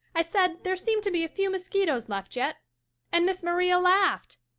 i said there seemed to be a few mosquitoes left yet and miss maria laughed.